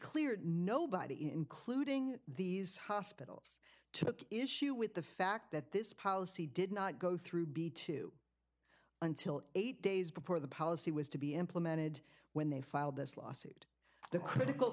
clear nobody including these hospitals took issue with the fact that this policy did not go through b two until eight days before the policy was to be implemented when they filed this lawsuit the critical